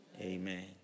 Amen